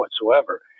whatsoever